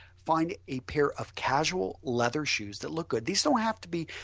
find a pair of casual leather shoes that look good, these don't have to be.